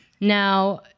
Now